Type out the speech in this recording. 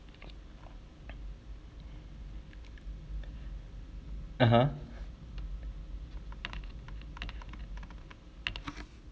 (uh huh)